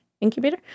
Incubator